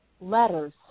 letters